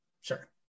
Sure